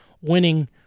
winning